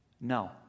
No